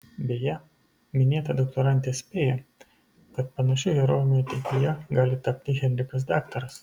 beje minėta doktorantė spėja kad panašiu herojumi ateityje gali tapti henrikas daktaras